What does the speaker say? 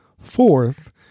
Fourth